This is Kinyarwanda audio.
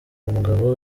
umugabo